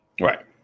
right